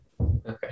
Okay